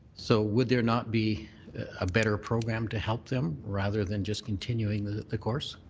so would there not be a better program to help them rather than just continuing the the course?